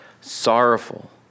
sorrowful